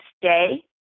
stay